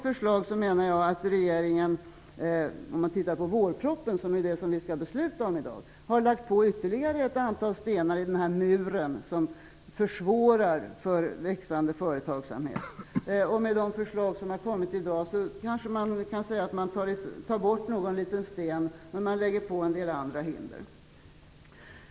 Jag menar att dagens förslag som vi skall besluta om - vårpropositionen - har lagt på ytterligare ett antal stenar på muren som försvårar för växande företagsamhet. Med de förslag som har lagts fram i dag kanske man kan säga att någon liten sten tas bort, men en del andra hinder läggs till.